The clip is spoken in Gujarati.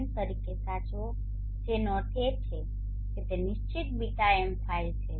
m તરીકે સાચવો જેનો અર્થ છે કે તે નિશ્ચિત બીટા એમ ફાઇલ છે